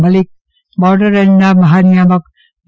Malik border રેન્જના મફાનિયામક D